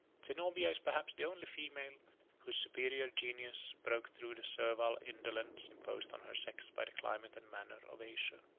zenobia is perhaps the only female whose superior genius broke through the servile indolence imposed on her sex by the climate and manners of asia.